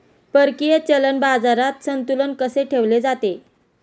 परकीय चलन बाजारात संतुलन कसे ठेवले जाते?